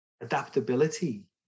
Adaptability